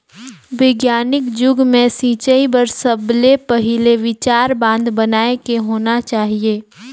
बिग्यानिक जुग मे सिंचई बर सबले पहिले विचार बांध बनाए के होना चाहिए